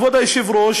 כבוד היושב-ראש,